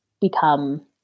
become